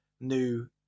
new